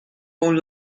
con